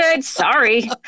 Sorry